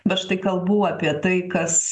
bet štai kalbų apie tai kas